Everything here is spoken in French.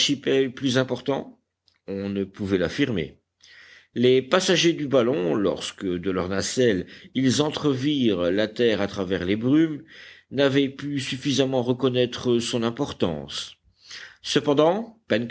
archipel plus important on ne pouvait l'affirmer les passagers du ballon lorsque de leur nacelle ils entrevirent la terre à travers les brumes n'avaient pu suffisamment reconnaître son importance cependant